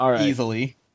Easily